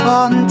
on